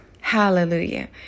Hallelujah